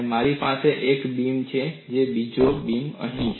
મારી પાસે અહીં એક બીમ છે બીજો બીમ અહીં છે